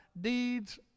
deeds